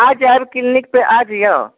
आ जायब क्लिनीक पे आबि जाउ